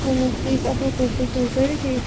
اَہن حظ ٹھیٖک اصٕل پٲٹھۍ تُہۍ چھِ حظ سٲری ٹھیٖک